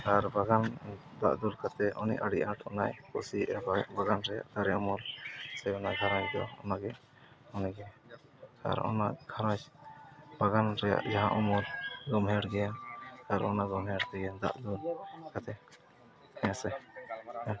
ᱟᱨ ᱵᱟᱜᱟᱱ ᱫᱟᱜ ᱫᱩᱞ ᱠᱟᱛᱮᱫ ᱩᱱᱤ ᱟᱹᱰᱤ ᱟᱸᱴ ᱚᱱᱟᱭ ᱠᱩᱥᱤᱭᱟᱜᱼᱟ ᱵᱟᱜᱟᱱ ᱨᱮ ᱫᱟᱨᱮ ᱩᱢᱩᱞ ᱥᱮ ᱚᱱᱟ ᱜᱷᱟᱨᱚᱸᱡᱽ ᱫᱚ ᱚᱱᱟᱜᱮ ᱚᱸᱰᱮ ᱜᱮ ᱟᱨ ᱚᱱᱟ ᱜᱷᱟᱨᱚᱸᱡᱽ ᱵᱟᱜᱟᱱ ᱨᱮᱭᱟᱜ ᱡᱟᱦᱟᱸ ᱩᱢᱩᱞ ᱜᱳᱢᱦᱮᱲ ᱜᱮᱭᱟ ᱟᱨ ᱚᱱᱟ ᱜᱳᱢᱦᱮᱲ ᱨᱮᱭᱟᱜ ᱫᱟᱜ ᱫᱩᱞ ᱠᱟᱛᱮᱫ ᱦᱮᱸᱥᱮ